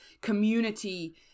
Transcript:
community